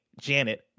janet